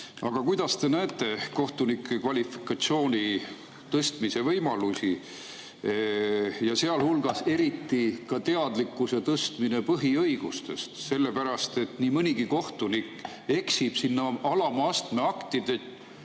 Aga kuidas te näete kohtunike kvalifikatsiooni tõstmise võimalusi, sealhulgas eriti ka [võimalusi] tõsta teadlikkust põhiõigustest? Sellepärast et nii mõnigi kohtunik eksib sinna alama astme aktide